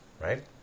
right